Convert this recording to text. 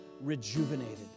rejuvenated